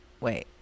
wait